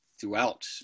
throughout